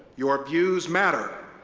your views matter,